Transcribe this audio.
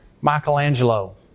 Michelangelo